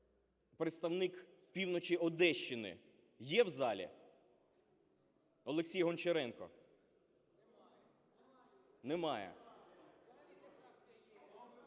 Представник Півночі Одещини є в залі? Олексій Гончаренко. Немає.